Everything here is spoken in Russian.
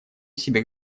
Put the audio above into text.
себе